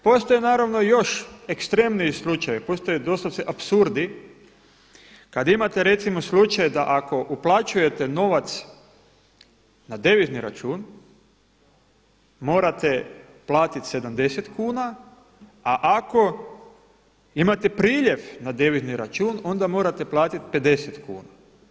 Postoje naravno još ekstremniji slučajevi, postoje doslovce apsurdi, kada imate recimo slučaj da ako uplaćujete novac na devizni račun, morate platiti 70 kuna a ako imate priljev na devizni račun onda morate platiti 50 kuna.